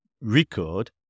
Record